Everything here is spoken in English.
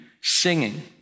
singing